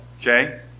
Okay